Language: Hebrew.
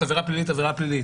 עבירה פלילית ועבירה פלילית.